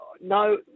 No